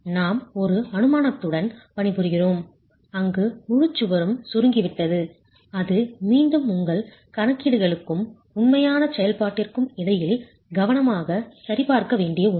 நாம் ஒரு அனுமானத்துடன் பணிபுரிகிறோம் அங்கு முழுச் சுவரும் சுருங்கிவிட்டது அது மீண்டும் உங்கள் கணக்கீடுகளுக்கும் உண்மையான செயல்பாட்டிற்கும் இடையில் கவனமாகச் சரிபார்க்க வேண்டிய ஒன்று